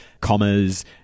commas